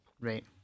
right